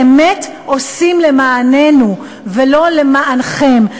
באמת עושים למעננו ולא למענכם,